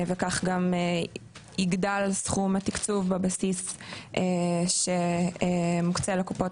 וכך גם יגדל סכום התקצוב בבסיס שמוקצה לקופות